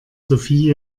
sophie